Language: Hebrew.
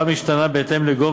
אני מקשיבה.